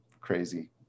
crazy